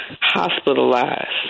hospitalized